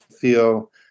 feel